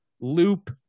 loop